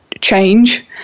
change